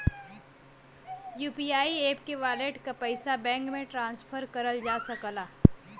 UPI app के wallet क पइसा बैंक में ट्रांसफर करल जा सकला